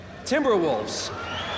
Timberwolves